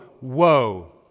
woe